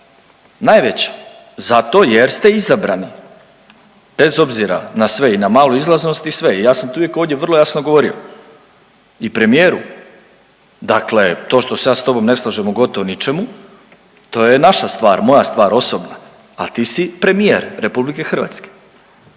najveća zato jer ste izabrani, bez obzira na sve i na malu izlaznost i sve i ja sam tu ovdje uvijek vrlo jasno govorio i premijeru. Dakle to što se ja s tobom ne slažem u gotovo ničemu to je naša stvar, moja stvar osobna, al ti si premijer RH, predsjednik